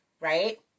right